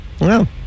No